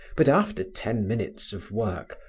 but after ten minutes of work,